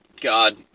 God